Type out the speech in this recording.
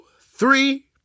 three